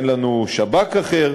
אין לנו שב"כ אחר,